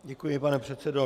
Děkuji, pane předsedo.